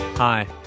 Hi